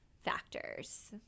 factors